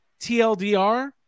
TLDR